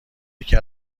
یکی